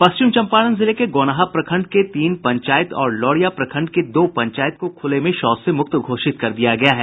पश्चिम चंपारण जिले के गौनाहा प्रखंड के तीन पंचायत और लौरिया प्रखंड के दो पंचायत को खुले में शौच से मुक्त घोषित कर दिया गया है